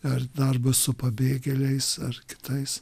ar darbas su pabėgėliais ar kitais